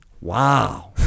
wow